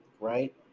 right